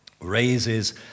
raises